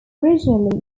originally